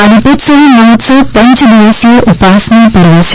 આ દીપોત્સવી મહોત્સવ પંચદિવસીય ઉપાસના પર્વ છે